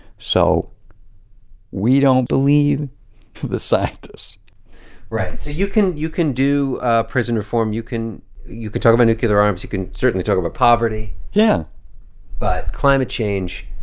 so we don't believe the scientists right. so you can you can do prison reform. you can you can talk about nuclear arms. you can certainly talk about poverty yeah but climate change.